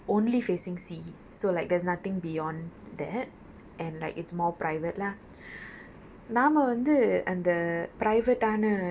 இல்லை னா சில:illeh naa sila err சில:sila rooms வந்து:vanthu only facing sea so like there's nothing beyond that and like it's more private lah